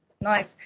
Nice